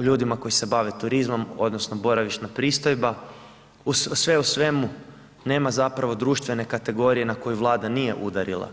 ljudima koji se bave turizmom odnosno boravišna pristojba, sve u svemu, nema zapravo društvene kategorije na koju Vlada nije udarila,